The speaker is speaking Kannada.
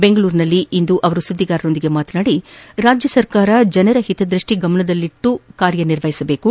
ಬೆಂಗಳೂರಿನಲ್ಲಿಂದು ಸುದ್ದಿಗಾರರೊಂದಿಗೆ ಮಾತನಾಡಿದ ಅವರು ರಾಜ್ಯ ಸರ್ಕಾರ ಜನರ ಹಿತದೃಷ್ಠಿ ಗಮನದಲ್ಲಿರಿಸಿ ಕಾರ್ಯ ನಿರ್ವಹಿಸಬೇಕು